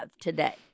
today